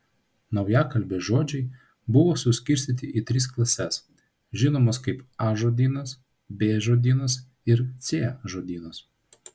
naujakalbės žodžiai buvo suskirstyti į tris klases žinomas kaip a žodynas b žodynas ir c žodynas